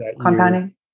compounding